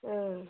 ആഹ്